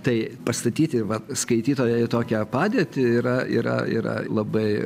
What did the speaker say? tai pastatyti va skaitytoją į tokią padėtį yra yra yra labai